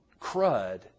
crud